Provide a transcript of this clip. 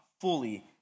fully